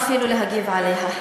אין רמה אפילו להגיב עליה.